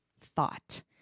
thought